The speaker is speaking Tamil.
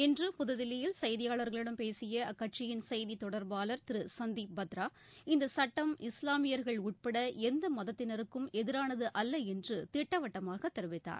இன்று புதுதில்லியில் செய்தியாளர்களிடம் பேசிய அக்கட்சியின் செய்தித் தொடர்பாளர் சந்தீப் பத்ரா இந்த சுட்டம் இஸ்லாமியர்கள் உட்பட எந்த மதத்தினருக்கும் எதிரானது அல்ல என்று திட்டவட்டமாக தெரிவித்தார்